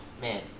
man